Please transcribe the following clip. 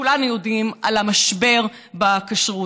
וכולנו יודעים על המשבר בכשרות.